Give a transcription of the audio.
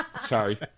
Sorry